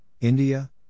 India